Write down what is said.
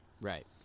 Right